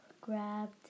grabbed